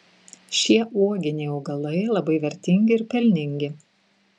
šie uoginiai augalai labai vertingi ir pelningi